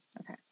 Okay